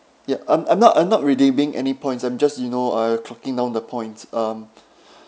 yeah I'm I'm not I'm not redeeming any points I'm just you know uh clocking down the points um